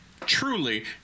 truly